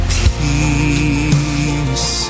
peace